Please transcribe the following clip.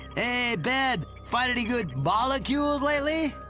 ben. find any good molecules lately?